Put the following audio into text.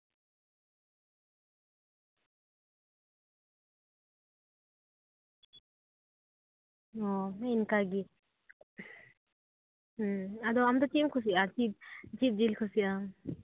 ᱚ ᱤᱱᱠᱟᱹᱜᱮ ᱦᱩᱸ ᱟᱫᱚ ᱟᱢᱫᱚ ᱪᱮᱫ ᱮᱢ ᱠᱩᱥᱤᱭᱟᱜᱼᱟ ᱟᱨᱠᱤ ᱪᱮᱫ ᱡᱤᱞ ᱠᱩᱥᱤᱭᱟᱜᱼᱟᱢ